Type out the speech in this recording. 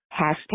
hashtag